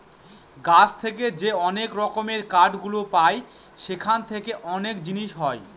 গাছ থেকে যে অনেক রকমের কাঠ গুলো পায় সেখান থেকে অনেক জিনিস হয়